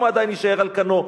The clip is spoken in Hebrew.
אם הוא עדיין יישאר על כנו,